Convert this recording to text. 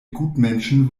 gutmenschen